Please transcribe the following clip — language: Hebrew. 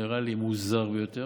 זה נראה לי מוזר ביותר.